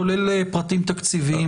כולל פרטים תקציביים.